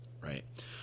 right